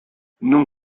non